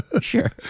Sure